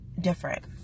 different